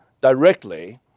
directly